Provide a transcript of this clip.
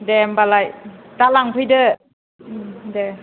दे होमबालाय दा लांफैदो दे